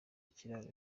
ikiraro